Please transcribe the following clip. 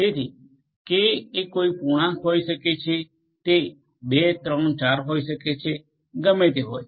જેથી કે એ કોઈ પણ પૂર્ણાંક હોઈ શકે છે તે 2 3 4 હોઈ શકે છે ગમે તે હોય